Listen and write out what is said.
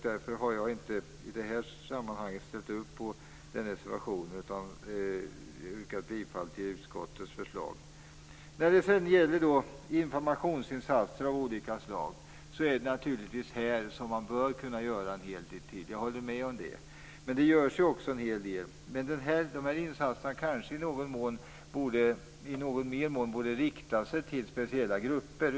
Därför har jag inte ställt upp på reservationen, utan jag yrkar bifall till utskottets förslag. När det sedan gäller informationsinsatser av olika slag håller jag med om att man naturligtvis bör kunna göra en hel del till. Det görs ju också en hel del, men insatserna kanske i något större mån borde rikta sig till speciella grupper.